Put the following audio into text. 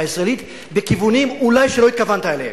הישראלית בכיוונים שאולי לא התכוונת אליהם.